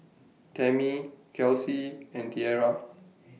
Tammi Kelsi and Tierra